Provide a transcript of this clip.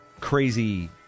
crazy